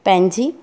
पंहिंजी